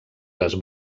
les